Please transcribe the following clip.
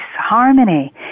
harmony